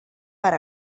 per